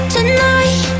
Tonight